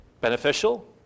Beneficial